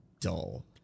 dull